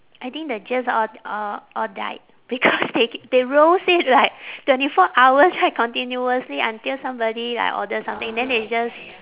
I think the germs all all all died because they they roast it like twenty four hours right continuously until somebody like order something then they just